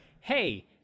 hey